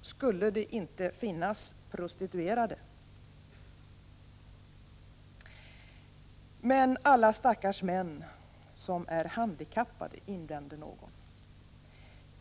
skulle det inte finnas prostituerade. Men alla stackars män som är handikappade, invänder någon.